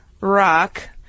rock